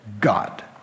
God